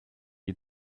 you